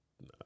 No